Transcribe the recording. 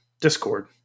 Discord